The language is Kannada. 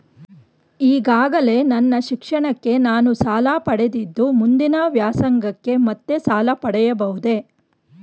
ಈಗಾಗಲೇ ನನ್ನ ಶಿಕ್ಷಣಕ್ಕೆ ನಾನು ಸಾಲ ಪಡೆದಿದ್ದು ಮುಂದಿನ ವ್ಯಾಸಂಗಕ್ಕೆ ಮತ್ತೆ ಸಾಲ ಪಡೆಯಬಹುದೇ?